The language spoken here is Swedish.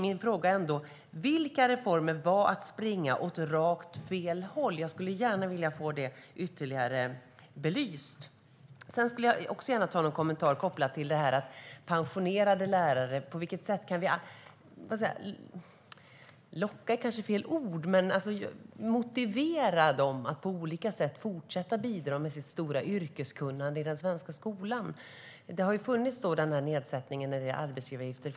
Min fråga blir: Vilka reformer innebar att man sprang åt rakt fel håll? Jag skulle gärna vilja få det ytterligare belyst. Jag skulle också gärna vilja göra en kommentar om pensionerade lärare. På vilket sätt kan vi motivera dem - locka är kanske fel ord - att på olika sätt fortsätta att bidra med sitt stora yrkeskunnande i den svenska skolan? Det har funnits en nedsättning av arbetsgivaravgifter.